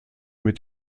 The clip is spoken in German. mit